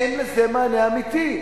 אין לזה מענה אמיתי.